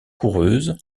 coureuse